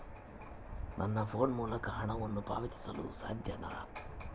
ನನ್ನ ಫೋನ್ ಮೂಲಕ ಹಣವನ್ನು ಪಾವತಿಸಲು ಸಾಧ್ಯನಾ?